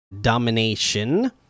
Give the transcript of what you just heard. domination